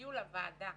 שהגיעו לוועדה,